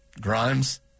Grimes